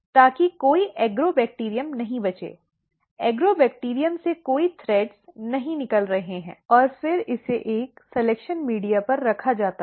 ताकि कोई एग्रोबैक्टीरियम नहीं बचे एग्रोबैक्टीरियम से कोई धागे नहीं निकल रहे हैं और फिर इसे एक सलिक्शन मीडिया पर रखा जाता है